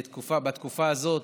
בתקופה הזאת,